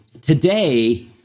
Today